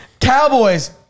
Cowboys